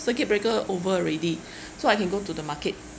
circuit breaker over already so I can go to the market